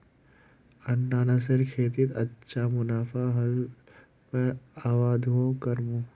अनन्नासेर खेतीत अच्छा मुनाफा ह ल पर आघुओ करमु